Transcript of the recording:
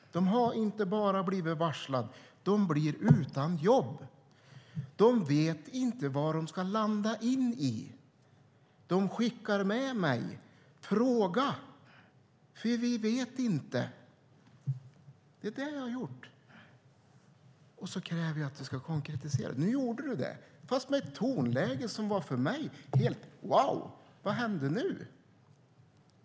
De har inte bara blivit varslade. De har blivit utan jobb. De vet inte vad de ska landa i. De skickar med mig att jag ska fråga, för de vet inte. Det är det jag har gjort. Och så kräver jag att du ska konkretisera. Nu gjorde du det, fast med ett tonläge som gör att jag undrar: Wow, vad hände nu?